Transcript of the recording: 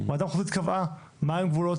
הוועדה המחוזית קבעה מהם גבולות